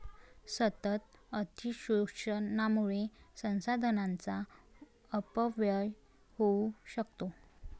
सतत अतिशोषणामुळे संसाधनांचा अपव्यय होऊ शकतो